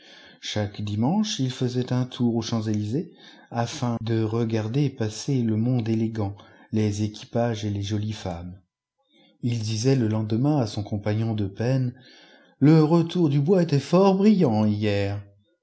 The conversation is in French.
chaque dimanche il faisait un tour aux champs-elysées afin de regarder passer le monde élégant les équipages et les jolies femmes ii disait le lendemain à son compagnon de peine le retour du bois était fort